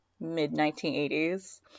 mid-1980s